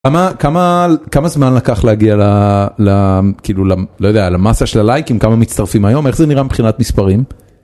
כמה כמה כמה זמן לקח להגיע כאילו לא יודע למסה של הלייק כמה מצטרפים היום איך זה נראה מבחינת מספרים.